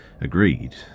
agreed